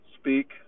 Speak